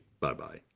Bye-bye